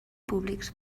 públics